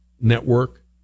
network